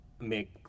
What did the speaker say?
make